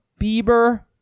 Bieber